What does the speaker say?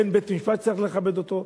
אין בית-משפט שצריך לכבד אותו,